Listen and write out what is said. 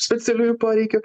specialiųjų poreikių